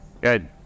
Good